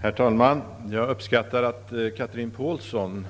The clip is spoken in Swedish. Herr talman! Jag uppskattar att Chatrine Pålsson